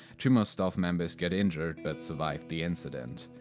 two more staff members got injured but survived the incident.